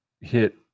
hit